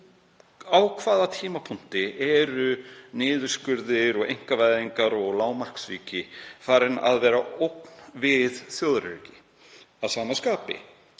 Á hvaða tímapunkti eru niðurskurður, einkavæðing og lágmarksríki farin að vera ógn við þjóðaröryggi? Að sama skapi: